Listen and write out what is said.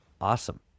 awesome